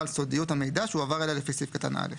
על סודיות המידע שהועבר אליה לפי סעיף קטן (א).